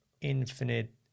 infinite